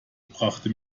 brachte